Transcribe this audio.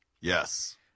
Yes